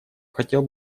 хотел